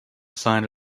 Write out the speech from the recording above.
site